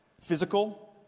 physical